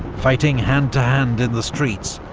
fighting hand to hand in the streets,